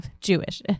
Jewish